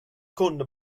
kunde